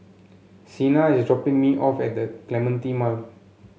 Cena is dropping me off at Clementi Mall